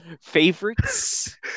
favorites